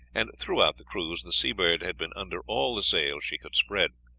and throughout the cruise the seabird had been under all the sail she could spread.